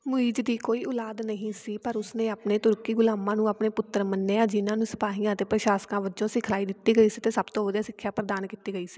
ਮੁਈਜ਼ ਦੀ ਕੋਈ ਔਲਾਦ ਨਹੀਂ ਸੀ ਪਰ ਉਸਨੇ ਆਪਣੇ ਤੁਰਕੀ ਗੁਲਾਮਾਂ ਨੂੰ ਆਪਣੇ ਪੁੱਤਰ ਮੰਨਿਆ ਜਿਨ੍ਹਾਂ ਨੂੰ ਸਿਪਾਹੀਆਂ ਅਤੇ ਪ੍ਰਸ਼ਾਸਕਾਂ ਵਜੋਂ ਸਿਖਲਾਈ ਦਿੱਤੀ ਗਈ ਸੀ ਅਤੇ ਸਭ ਤੋਂ ਵਧੀਆ ਸਿੱਖਿਆ ਪ੍ਰਦਾਨ ਕੀਤੀ ਗਈ ਸੀ